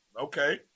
Okay